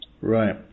Right